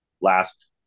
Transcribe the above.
last